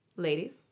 Ladies